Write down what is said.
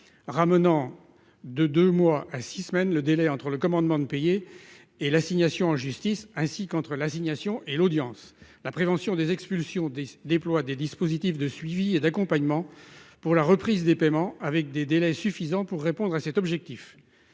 ramenant de 2 mois à six semaines, le délai entre le commandement de payer et l'assignation en justice ainsi qu'entre l'assignation et l'audience la prévention des expulsions des déploie des dispositifs de suivi et d'accompagnement pour la reprise des paiements avec des délais suffisants pour répondre à cet objectif.